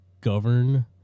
govern